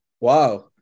Wow